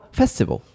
festival